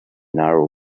narrow